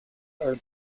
are